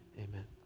Amen